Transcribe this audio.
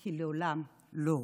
כי לעולם לא עוד.